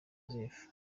joseph